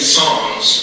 songs